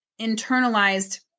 internalized